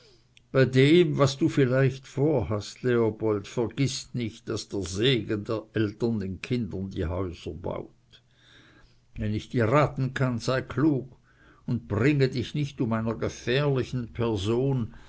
bei dem was du vielleicht vorhast leopold vergiß nicht daß der segen der eltern den kindern häuser baut wenn ich dir raten kann sei klug und bringe dich nicht um einer gefährlichen person